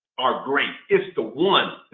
are great, it's the one